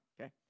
okay